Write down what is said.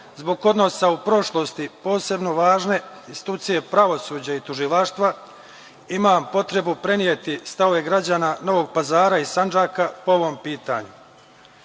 zbog odnosa u prošlosti, posebno važne institucije pravosuđa i tužilaštva, imam potrebu preneti stavove građana Novog Pazara i Sandžaka po ovom pitanju. Juče